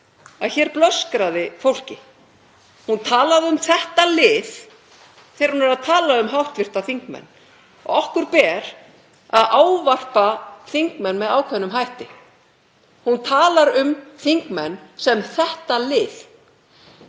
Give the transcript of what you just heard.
að hér blöskraði fólki. Hún talar um þetta lið þegar hún er að tala um hv. þingmenn og okkur ber að ávarpa þingmenn með ákveðnum hætti. Hún talar um þingmenn sem þetta lið.